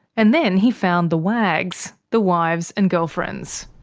and then he found the wags, the wives and girlfriends.